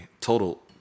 total